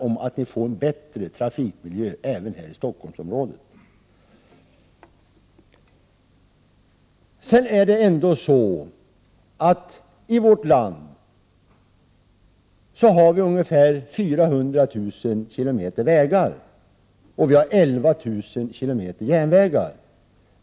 Jag är helt övertygad om att även ni här i Stockholmsområdet då får en bättre trafikmiljö. I Sverige finns det ungefär 400 000 km vägar och 11 000 km järnvägar.